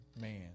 man